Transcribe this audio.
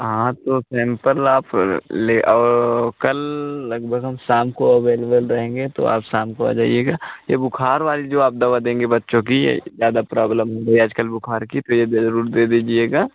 हाँ तो सैम्पल आप ले औ कल लगभग हम शाम को अवेलेबल रहेंगे तो आप शाम को आ जाइएगा यह बुखार वाली जो आप दवा देंगे बच्चों की यह ज़्यादा प्राब्लम हो गई आजकल बुखार की तो यह ज़रूर दे दीजिएगा